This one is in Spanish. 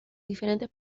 diferentes